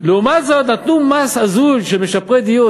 לעומת זאת נתנו מס הזוי שמשפרי דיור,